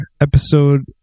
episode